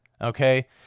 Okay